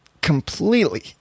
completely